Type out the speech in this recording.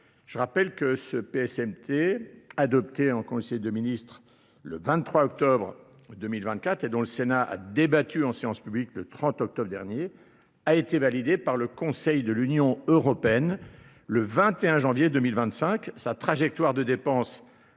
Je rappelle que ce PSMT, adopté en Conseil de Ministres le 23 octobre 2024 et dont le Sénat a débattu en séance publique le 30 octobre dernier, a été validé par le Conseil de l'Union Européenne le 21 janvier 2025. Sa trajectoire de dépenses